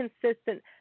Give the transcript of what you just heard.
consistent